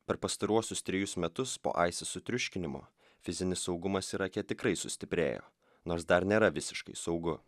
per pastaruosius trejus metus po aisis sutriuškinimo fizinis saugumas irake tikrai sustiprėjo nors dar nėra visiškai saugu